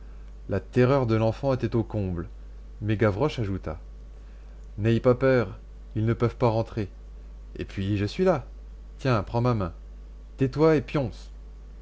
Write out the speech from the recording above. la terreur de l'enfant était au comble mais gavroche ajouta n'eïlle pas peur ils ne peuvent pas entrer et puis je suis là tiens prends ma main tais-toi et pionce